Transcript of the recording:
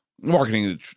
marketing